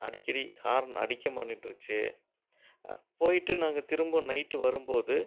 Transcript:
அடிக்கடி ஹார்ன் அடிக்க மாட்டேன்னுடுச்சு போய்விட்டு நாங்கள் திரும்ப நைட்டு வரும் போது